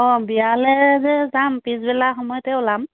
অ বিয়ালৈ যে যাম পিছবেলা সময়তে ওলাম